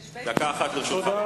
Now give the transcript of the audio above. בבקשה, דקה אחת לרשותך.